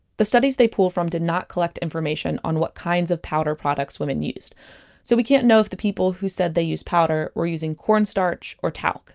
the studies they pulled from did not collect information on what kinds of powder products women used so we can't know if the people who said they used powder were using cornstarch or talc